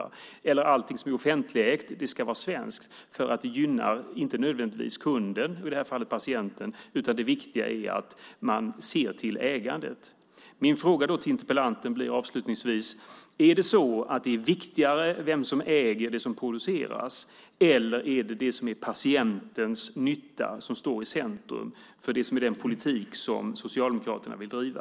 Eller också kan man säga att allting som är offentligägt ska vara svenskt, inte för att det nödvändigtvis gynnar kunden, i det här fallet patienten, utan för att det viktiga är att se till ägandet. Min fråga till interpellanten blir avslutningsvis: Är det viktigare vem som äger det som produceras, eller är det patientens nytta som står i centrum för det som är den politik som Socialdemokraterna vill driva?